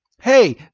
hey